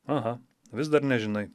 aha vis dar nežinai